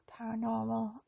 Paranormal